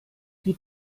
die